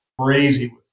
crazy